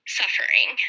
suffering